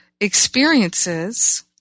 experiences